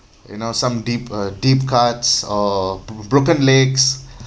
you know some deep uh deep cuts or bro~ broken legs